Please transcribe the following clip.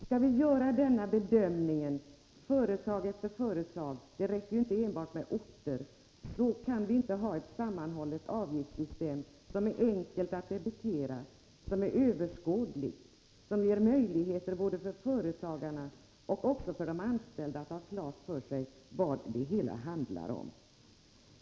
Skall vi göra denna bedömning företag efter företag — det räcker ju inte enbart med orter — då kan vi inte ha ett sammanhållet avgiftssystem som medför att det är enkelt att debitera, som är överskådligt, som ger möjligheter för företagarna och också för de anställda att ha klart för sig vad det hela handlar om.